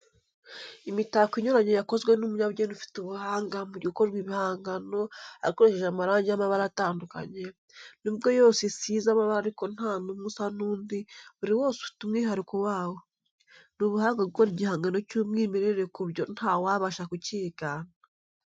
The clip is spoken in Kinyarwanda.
Imitako inyuranye yakozwe n'umunyabugeni ufite ubuhanga mu gukora ibihangano akoresheje amarangi y'amabara atandukanye, nubwo yose isize amabara ariko nta numwe usa n'undi buri wose ufite umwihariko wawo. Ni ubuhanga gukora igihangano cy'umwimerere ku buryo ntawabasha kukigana.